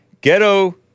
Ghetto